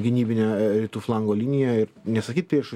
gynybinę rytų flango liniją ir nesakyt priešui